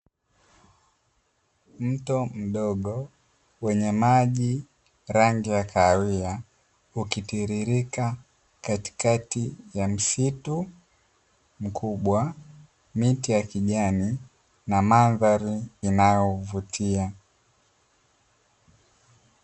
Mto mdogo wenye maji rangi ya kahawia, ukitiririka katikati ya msitu mkubwa, miti ya kijani na mandhari inayovutia.